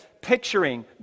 picturing